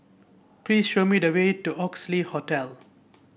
please show me the way to Oxley Hotel